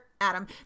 Adam